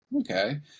Okay